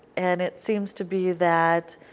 and it seems to be that